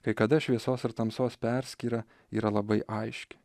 kai kada šviesos ir tamsos perskyra yra labai aiški